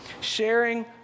sharing